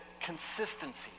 consistency